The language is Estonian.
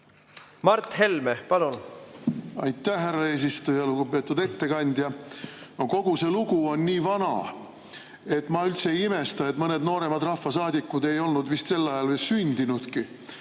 Mart Helme, palun! Aitäh, härra eesistuja! Lugupeetud ettekandja! No kogu see lugu on nii vana, et ma üldse ei imesta, et mõned nooremad rahvasaadikud ei olnud vist sel ajal veel sündinudki,